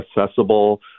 accessible